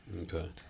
okay